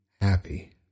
happy